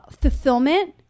fulfillment